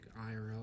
IRL